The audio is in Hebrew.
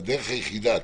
שהדרך היחידה,